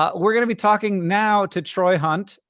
um we're gonna be talking now to troy hunt,